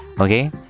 Okay